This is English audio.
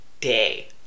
day